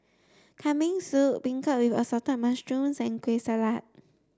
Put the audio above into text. Kambing soup Beancurd assorted mushrooms and Kueh Salat